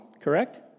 correct